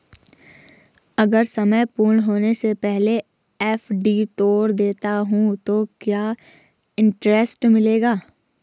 अगर समय पूर्ण होने से पहले एफ.डी तोड़ देता हूँ तो क्या इंट्रेस्ट मिलेगा?